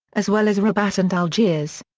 as well as rabat and algiers.